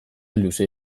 luze